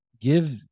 give